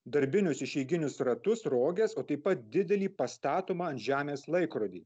darbinius išeiginius ratus roges o taip pat didelį pastatomą ant žemės laikrodį